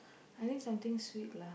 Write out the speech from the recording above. I need something sweet lah